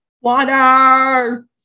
Water